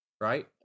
right